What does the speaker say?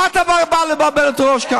איפה היית כל השנים?